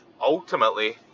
ultimately